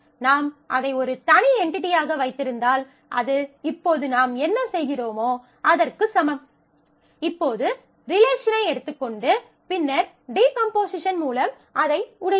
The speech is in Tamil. நாம் அதை ஒரு தனி என்டிடியாக வைத்திருந்தால் அது இப்போது நாம் என்ன செய்கிறோமோ அதற்குச் சமம் இப்போது ரிலேஷனை எடுத்துக்கொண்டு பின்னர் டீகம்போசிஷன் மூலம் அதை உடைக்கிறோம்